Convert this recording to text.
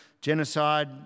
genocide